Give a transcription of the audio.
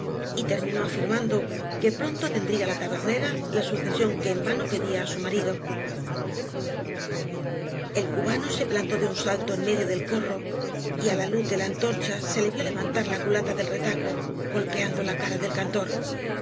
y terminó animan do que pronto tendría la tabelnera la sucesión que en vano pedía su marido el cubano se plantó de un salto en medio del corro y á la luz de la antorcha se le vio levantar la culata del retaco golpeando la cara del cantor